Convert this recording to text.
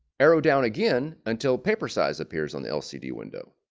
arrow down again until paper size appears on the lcd window